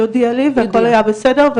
היא הודיעה לי והכל היה בסדר,